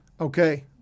Okay